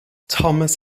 thomas